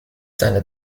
seine